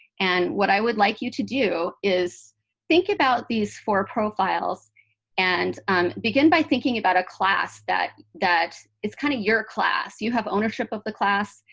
and what i would like you to do is think about these four profiles and um begin by thinking about a class that that is kind of your class. you have ownership of the class,